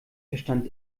verstand